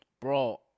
Bro